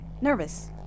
Nervous